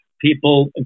people